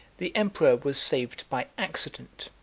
the emperor was saved by accident,